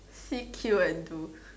see queue and do